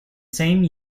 same